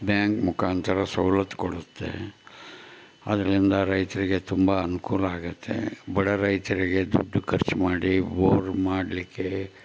bank ಮುಖಾಂತರ ಸವ್ಲತ್ತು ಕೊಡುತ್ತೆ ಅದರಿಂದ ರೈತರಿಗೆ ತುಂಬ ಅನುಕೂಲ ಆಗುತ್ತೆ ಬಡ ರೈತರಿಗೆ ದುಡ್ಡು ಖರ್ಚು ಮಾಡಿ ಬೋರ್ ಮಾಡಲಿಕ್ಕೆ